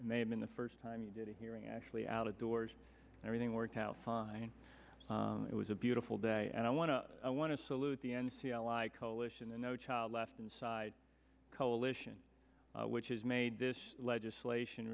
may have been the first time you did a hearing actually out of doors everything worked out fine it was a beautiful day and i want to i want to salute the n c l i coalition the no child left inside coalition which has made this legislation